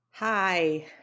Hi